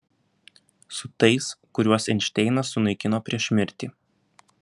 su tais kuriuos einšteinas sunaikino prieš mirtį